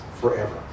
forever